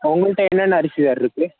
உங்கள்கிட்ட என்னென்ன அரிசி சார் இருக்கு